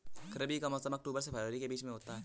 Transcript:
रबी का मौसम अक्टूबर से फरवरी के बीच में होता है